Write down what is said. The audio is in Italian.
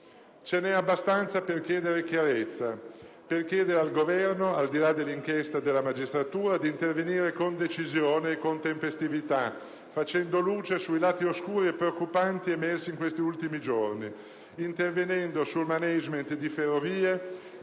Ce n'é abbastanza per chiedere chiarezza, per chiedere al Governo, al di là delle inchieste della magistratura, di intervenire con decisione e con tempestività, facendo luce sui lati oscuri e preoccupanti emersi in questi ultimi giorni, intervenendo sul *management* delle Ferrovie